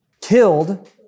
killed